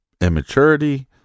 immaturity